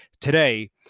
today